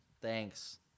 Thanks